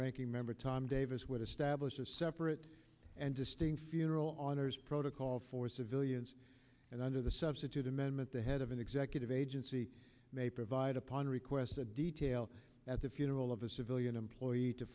ranking member tom davis would establish a separate and distinct funeral on his protocol for civilians and under the substitute amendment the head of an executive agency may provide upon request a detail at the funeral of a civilian employee to